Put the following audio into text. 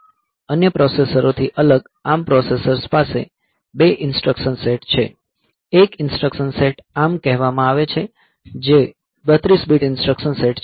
અન્ય પ્રોસેસરોથી અલગ ARM પ્રોસેસર્સ પાસે બે ઈન્સ્ટ્રકશન સેટ છે એક ઈન્સ્ટ્રકશન સેટને ARM કહેવામાં આવે છે જે 32 બીટ ઈન્સ્ટ્રકશન સેટ છે